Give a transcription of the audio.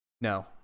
No